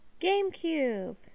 GameCube